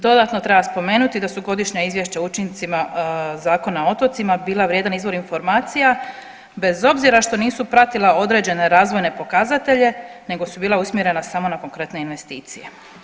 Dodatno treba spomenuti da su dodatna izvješća o učincima Zakona o otocima bila vrijedan izvor informacija bez obzira što nisu pratila određene razvojne pokazatelje nego su bila usmjerena samo na konkretne investicije.